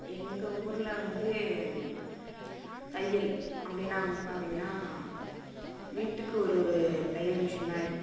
எங்கள் ஊரில் வந்து தையல் அப்படினா வந்து பார்த்திங்கன்னா வீட்டுக்கு ஒரு ஒரு தையல் மிஷின் தான் இருக்கும்